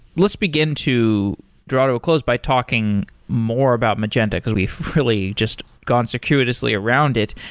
let's begin to draw to a close by talking more about magenta, because we've really just gone circuitously around it,